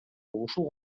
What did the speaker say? ушул